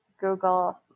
Google